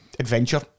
Adventure